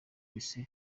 wese